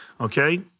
okay